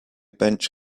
bench